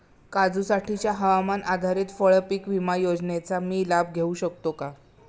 काजूसाठीच्या हवामान आधारित फळपीक विमा योजनेचा मी लाभ घेऊ शकतो का?